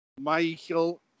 Michael